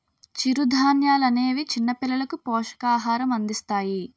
చిరుధాన్యాలనేవి చిన్నపిల్లలకు పోషకాహారం అందిస్తాయి